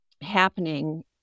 happening